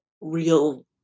real